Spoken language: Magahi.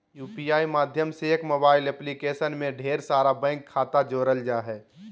यू.पी.आई माध्यम से एक मोबाइल एप्लीकेशन में ढेर सारा बैंक खाता जोड़ल जा हय